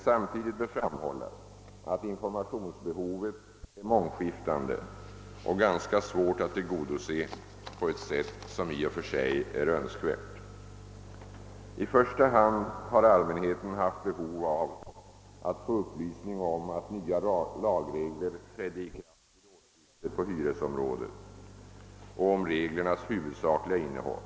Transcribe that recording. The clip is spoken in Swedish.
Samtidigt bör dock framhållas att informationsbehovet är mångskiftande och ganska svårt att tillgodose på ett sätt som i och för sig är önskvärt. I första hand har allmänheten haft behov av att få upplysning om att nya lagregler trädde i kraft vid årsskiftet på hyresområdet och om reglernas huvudsakliga innehåll.